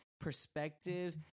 perspectives